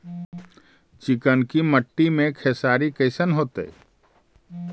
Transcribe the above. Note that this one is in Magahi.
चिकनकी मट्टी मे खेसारी कैसन होतै?